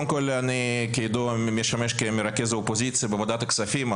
כידוע אני משמש כמרכז האופוזיציה בוועדת הכספים,